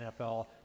NFL